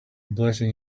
blessing